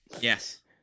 Yes